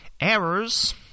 Errors